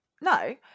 No